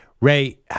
Ray